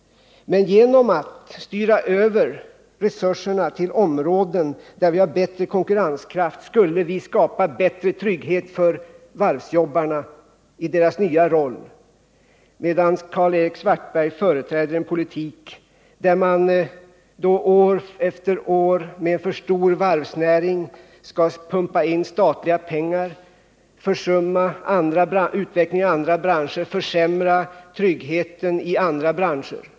Nej, genom att styra över resurserna till områden där vi har bättre konkurrenskraft skulle vi skapa bättre trygghet för varvsjobbarna i deras nya roll. Karl-Erik Svartberg företräder i stället en politik där man år efter år med för stor varvsnäring skall pumpa in statliga pengar, försumma utveckling av andra branscher, försämra tryggheten i andra branscher.